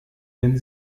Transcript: wenn